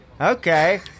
Okay